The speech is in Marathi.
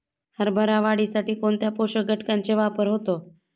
हरभरा वाढीसाठी कोणत्या पोषक घटकांचे वापर होतो?